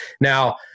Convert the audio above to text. Now